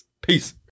Peace